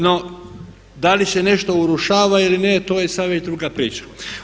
No, da li se nešto urušava ili ne, to je sad već druga priča.